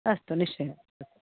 अस्तु निश्चयेन